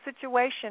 situation